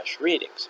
readings